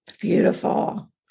beautiful